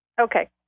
Okay